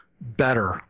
better